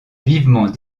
vivement